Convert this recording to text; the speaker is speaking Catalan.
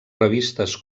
revistes